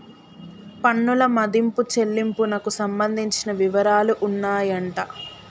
పన్నుల మదింపు చెల్లింపునకు సంబంధించిన వివరాలు ఉన్నాయంట